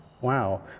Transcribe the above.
Wow